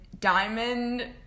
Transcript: diamond